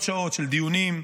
מאות שעות של דיונים.